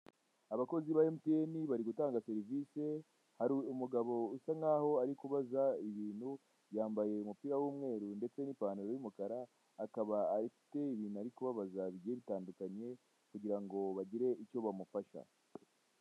Abakozi ba Emutiyene bari gutanga serivisi hari umugabo usa nk'aho ari kubaza ibintu, yambaye umupira w'umweru ndetse n'ipantalo y'umukara akaba afite ibintu ari kubabaza bigiye bitandukanye kugira ngo bagire icyo bamufasha.